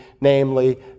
namely